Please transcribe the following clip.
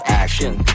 action